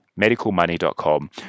medicalmoney.com